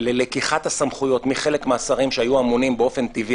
לקיחת סמכויות מחלק מהשרים שהיו אמונים באופן טבעי